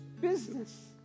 business